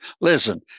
listen